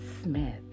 Smith